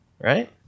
right